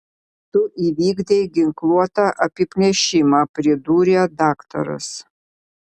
tu įvykdei ginkluotą apiplėšimą pridūrė daktaras